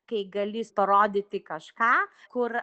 kai galintis parodyti kažką kur